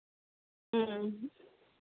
ᱦᱮᱸ